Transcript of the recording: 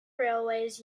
railways